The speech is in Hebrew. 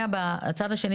שבועיים אחרי